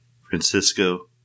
Francisco